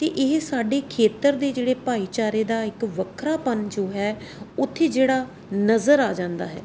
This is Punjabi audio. ਅਤੇ ਇਹ ਸਾਡੇ ਖੇਤਰ ਦੇ ਜਿਹੜੇ ਭਾਈਚਾਰੇ ਦਾ ਇੱਕ ਵੱਖਰਾਪਣ ਜੋ ਹੈ ਉੱਥੇ ਜਿਹੜਾ ਨਜ਼ਰ ਆ ਜਾਂਦਾ ਹੈ